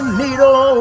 needle